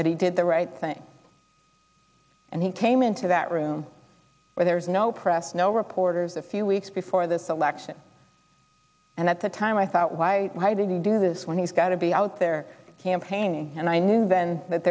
but he did the right thing and he came into that room where there's no press no reporters a few weeks before the election and at the time i thought why did he do this when he's got to be out there campaigning and i knew then that